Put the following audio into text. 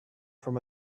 from